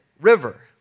River